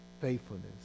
faithfulness